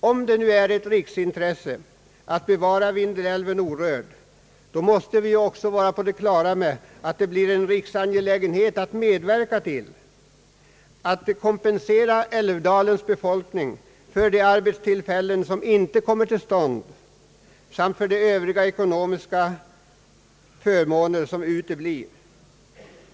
Om det nu är ett riksintresse att bevara Vindelälven orörd måste vi också vara på det klara med att det blir en riksangelägenhet att medverka till att kompensera älvdalens befolkning för de arbetstillfällen som inte kommer till stånd, liksom för de övriga ekonomiska förmåner som uteblir.